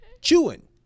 chewing